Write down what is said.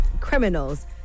criminals